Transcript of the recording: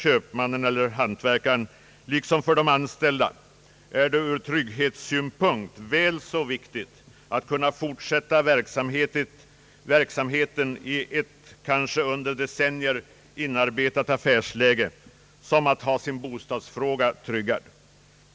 hyreslagstiftningen mannen eller hantverkaren liksom för de anställda är det ur trygghetssynpunkt väl så viktigt att kunna fortsätta verksamheten i ett kanske under decennier inarbetat affärsläge som att ha sin bostadsfråga ordnad.